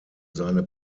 seine